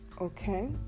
okay